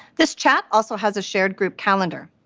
this chat also has a shared group calendar.